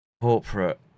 corporate